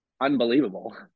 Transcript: unbelievable